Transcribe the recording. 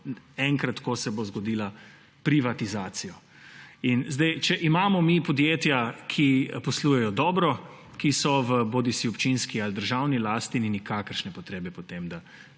enkrat ko se bo zgodila, privatizacijo. Če imamo mi podjetja, ki poslujejo dobro, ki so bodisi v občinski bodisi v državni lasti, ni nikakršne potrebe po tem, da